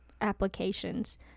applications